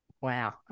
Wow